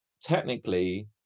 technically